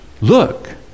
look